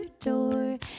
door